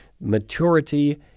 maturity